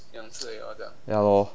ya lor